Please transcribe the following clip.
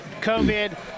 COVID